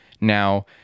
now